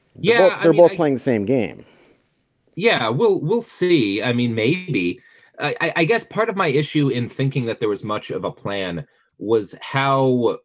yeah, they're both playing the same game yeah, we'll we'll see. i mean maybe i i guess part of my issue in thinking that there was much of a plan was how